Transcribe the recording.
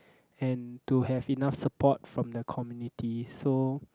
and to have enough support from the community so